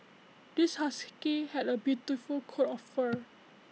this husky had A beautiful coat of fur